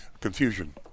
confusion